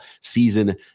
season